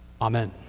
Amen